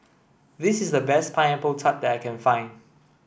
this is the best pineapple tart that I can find